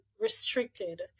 restricted